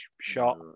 shot